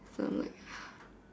so I'm like